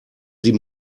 sie